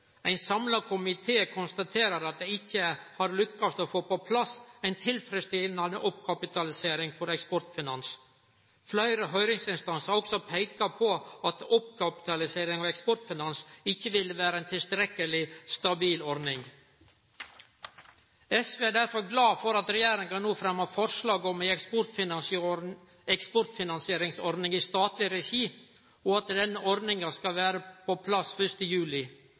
Ein samla komité konstaterer at ein ikkje har lykkast i å få på plass ei tilfredsstillande oppkapitalisering av Eksportfinans. Fleire høyringsinstansar har også peika på at oppkapitalisering av Eksportfinans ikkje ville vere ei tilstrekkeleg stabil ordning. SV er derfor glad for at regjeringa no fremjar forslag om ei eksportfinansieringsordning i statleg regi, og at denne ordninga skal vere på plass 1. juli.